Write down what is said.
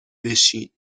بشین